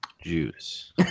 juice